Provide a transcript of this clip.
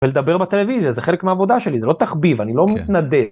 ‫ולדבר בטלוויזיה זה חלק מהעבודה שלי, ‫זה לא תחביב, אני לא מתנדב.